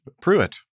Pruitt